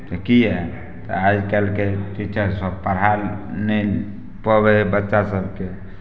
कि किए तऽ आइ काल्हिके टीचर सभ पढ़ा ही नहि पबै हइ बच्चा सभके